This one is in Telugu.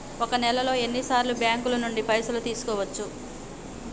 ఒక నెలలో ఎన్ని సార్లు బ్యాంకుల నుండి పైసలు తీసుకోవచ్చు?